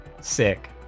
Sick